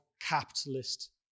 capitalist